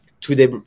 Today